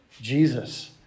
Jesus